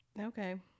okay